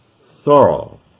thorough